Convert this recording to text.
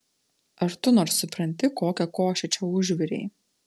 ar tu nors supranti kokią košę čia užvirei